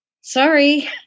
Sorry